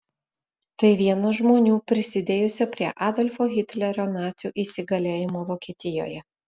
tai vienas žmonių prisidėjusių prie adolfo hitlerio nacių įsigalėjimo vokietijoje